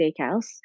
Steakhouse